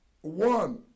one